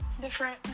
Different